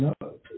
no